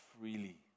freely